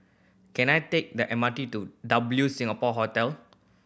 can I take the M R T to W Singapore Hotel